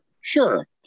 Sure